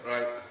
Right